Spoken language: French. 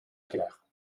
guerre